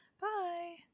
Bye